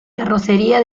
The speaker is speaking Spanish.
carrocería